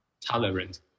tolerant